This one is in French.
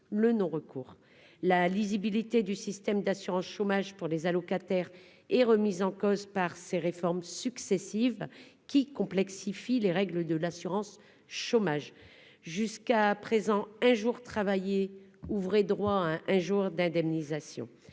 le non recours la lisibilité du système d'assurance chômage pour les allocataires est remise en cause par ces réformes successives qui complexifie les règles de l'assurance chômage, jusqu'à présent un jour travaillé ouvraient droit un un jour d'indemnisation,